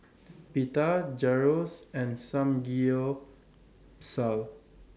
Pita Gyros and Samgyeopsal